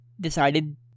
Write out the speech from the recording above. decided